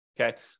Okay